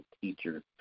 teachers